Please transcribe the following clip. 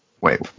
Wait